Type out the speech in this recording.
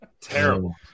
terrible